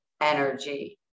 energy